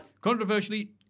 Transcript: Controversially